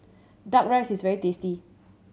Duck Rice is very tasty